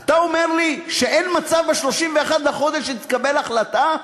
אתה אומר לי שאין מצב שב-31 לחודש תתקבל החלטה,